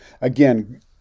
Again